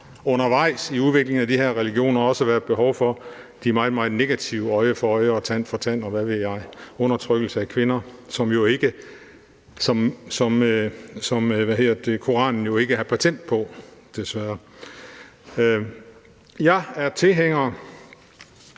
undervejs i udviklingen af de her religioner også været behov for de meget, meget negative som øje for øje og tand for tand, og hvad ved jeg, undertrykkelse af kvinder, som Koranen jo desværre ikke har patent på. Jeg er tilhænger